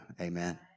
Amen